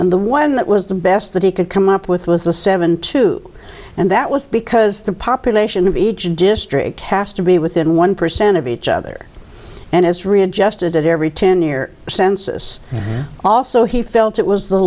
and the one that was the best that he could come up with was the seven two and that was because the population of each district has to be within one percent of each other and has readjusted every ten year census also he felt it was